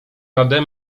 nade